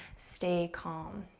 stay calm.